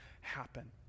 happen